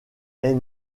est